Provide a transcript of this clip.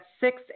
six